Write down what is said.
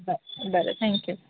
बरें बरें थँक्यू